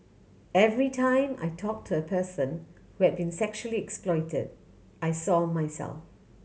every time I talked to a person who had been sexually exploited I saw myself